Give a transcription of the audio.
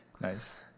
Nice